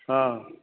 हा